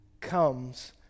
comes